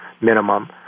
minimum